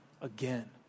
again